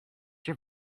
your